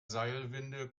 seilwinde